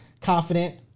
confident